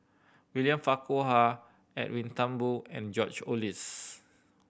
William Farquhar Edwin Thumboo and George Oehlers